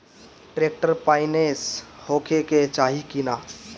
Tractor पाईनेस होखे के चाही कि ना?